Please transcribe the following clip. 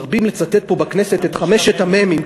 מרבים לצטט פה בכנסת את חמשת המ"מים.